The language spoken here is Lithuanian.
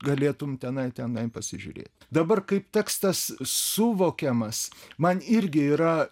galėtum tenai tenai pasižiūrėt dabar kaip tekstas suvokiamas man irgi yra